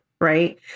right